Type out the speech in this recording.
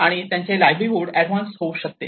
आणि त्यांचे livelihood advance होऊ शकते